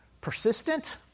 persistent